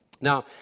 Now